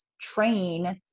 train